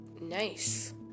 nice